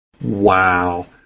Wow